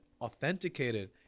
authenticated